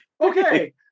Okay